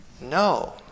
No